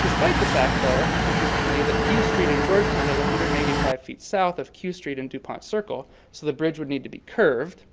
despite the fact though, interestingly, that q street in georgetown is one hundred and eighty five feet south of q street in dupont circle, so the bridge would need to be curved